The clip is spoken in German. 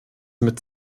mit